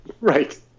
Right